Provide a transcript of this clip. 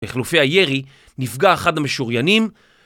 בחילופי הירי נפגע אחד המשוריינים